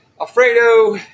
Alfredo